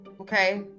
Okay